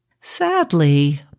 Sadly